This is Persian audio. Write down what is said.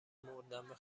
مردن، به